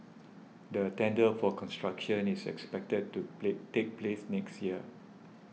the tender for construction is expected to play take place next year